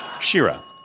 Shira